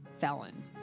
felon